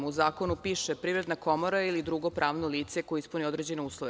U zakonu piše: Privredna komora ili drugo pravno lice koje ispuni određene uslove.